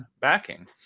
backing